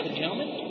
gentlemen